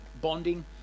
bonding